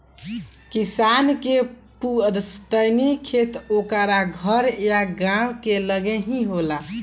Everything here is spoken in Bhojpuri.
किसान के पुस्तैनी खेत ओकरा घर या गांव के लगे ही होला